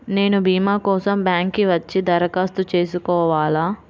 నేను భీమా కోసం బ్యాంక్కి వచ్చి దరఖాస్తు చేసుకోవాలా?